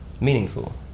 meaningful